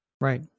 Right